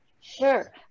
Sure